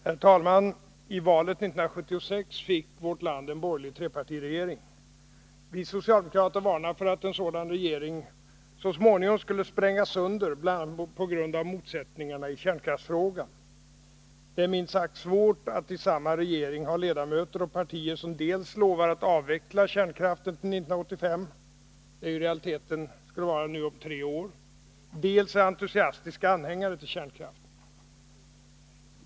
Herr talman! Genom valet 1976 fick vårt land en borgerlig trepartiregering. Vi socialdemokrater varnade för att en sådan regering så småningom skulle sprängas sönder, bl.a. på grund av motsättningarna i kärnkraftsfrågan. Det är minst sagt svårt att i samma regering ha ledamöter och partier som dels lovar att avveckla kärnkraften till 1985 — det är i realiteten om tre år —, dels är entusiastiska anhängare till kärnkraften.